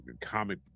comic